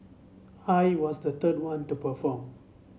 I was the third one to perform